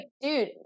dude